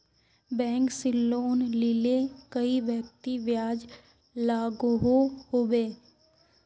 Bank से loan लिले कई व्यक्ति ब्याज लागोहो होबे?